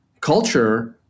culture